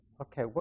Okay